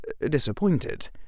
disappointed